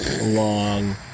long